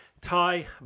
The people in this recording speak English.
Thai